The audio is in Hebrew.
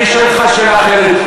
הבית היהודי, אני אשאל אותך שאלה אחרת.